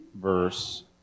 verse